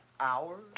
Hours